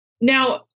Now